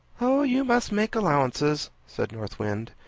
oh! you must make allowances, said north wind,